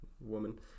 woman